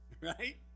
Right